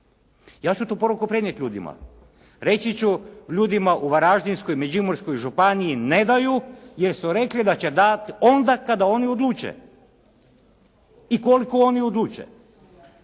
Ja ću tu poruku prenijeti ljudima. Reći ću ljudima u Varaždinskoj, Međimurskoj županiji, ne daju, jer su rekli da će dati onda kada oni odluče i koliko oni odluče.